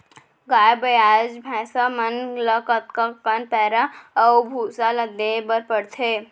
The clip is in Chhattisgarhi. गाय ब्याज भैसा मन ल कतका कन पैरा अऊ भूसा ल देये बर पढ़थे?